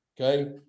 okay